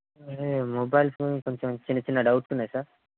mobile phone కొంచెం చిన్న చిన్న డౌట్స్ ఉన్నాయి సార్